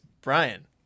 Brian